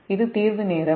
இது தீர்வு நேரம்